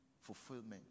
fulfillment